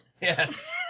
Yes